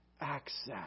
access